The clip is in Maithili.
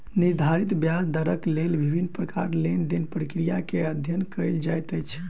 निर्धारित ब्याज दरक लेल विभिन्न प्रकारक लेन देन प्रक्रिया के अध्ययन कएल जाइत अछि